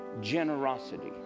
Generosity